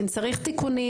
אם צריך תיקונים,